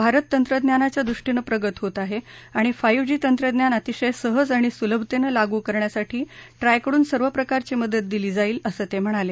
भारत तंत्रज्ञानाच्या दृष्टीनं प्रगत होत आहे आणि फाईव्ह जी तंत्रज्ञान अतिशय सहज आणि सुलभतेनं लागू करण्यासाठी ट्रायकडून सर्व प्रकारची मदत दिली जाईल असं ते म्हणाले